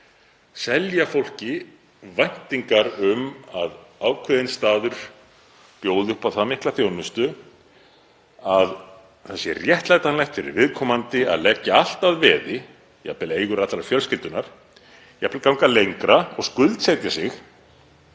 selja fólki væntingar um að ákveðinn staður bjóði upp á það mikla þjónustu að réttlætanlegt sé fyrir viðkomandi að leggja allt að veði, jafnvel eigur allrar fjölskyldunnar, ganga jafnvel lengra og skuldsetja sig,